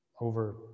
over